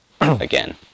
again